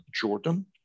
Jordan